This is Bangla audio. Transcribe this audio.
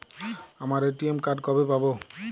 আমার এ.টি.এম কার্ড কবে পাব?